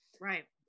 Right